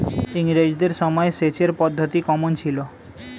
ইঙরেজদের সময় সেচের পদ্ধতি কমন ছিল?